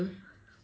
botol